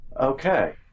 Okay